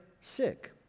sick